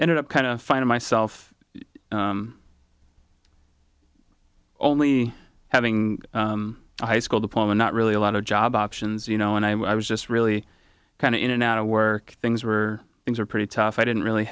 ended up kind of find myself only having a high school diploma not really a lot of job options you know and i was just really kind of in and out of work things were things are pretty tough i didn't really